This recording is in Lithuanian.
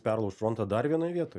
perlauš frontą dar vienoj vietoj